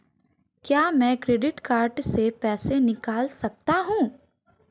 क्या मैं credit card से पैसे निकाल सकता हूँ?